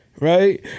Right